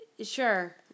Sure